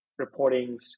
reportings